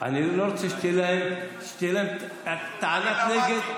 אני לא רוצה שתהיה להם טענת נגד,